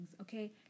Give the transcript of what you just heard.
Okay